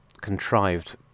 contrived